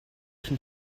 can